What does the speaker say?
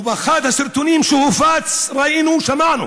ובאחד הסרטונים שהופץ ראינו, שמענו